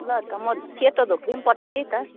ल त म सेतो धोक्रो नि पठाइ दिएँ त